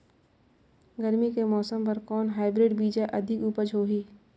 गरमी के मौसम बर कौन हाईब्रिड बीजा अधिक उपज होही?